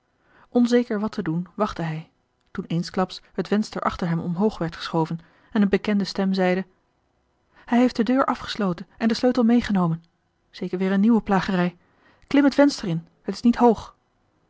onzeker wat te doen wachtte hij toen eensklaps het venster achter hem omhoog werd geschoven en een bekende stem zeide hij heeft de deur afgesloten en den sleutel meegenomen zeker weer een nieuwe plagerij klim het venster in het is niet hoog